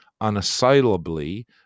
unassailably